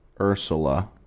Ursula